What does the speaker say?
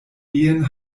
ehen